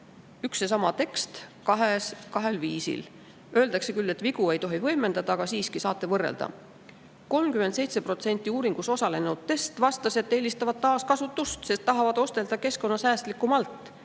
üks ja sama tekst kahel viisil. Öeldakse küll, et vigu ei tohi võimendada, aga siiski, saate võrrelda. 37% uuringus osalenu`test vastas, et eelistavad taaskasu`tust, sest tahavad ostelda keskkonnasäästliku`malt.